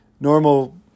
normal